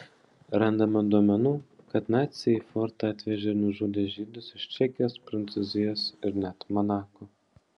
randama duomenų kad naciai į fortą atvežė ir nužudė žydus iš čekijos prancūzijos ir net monako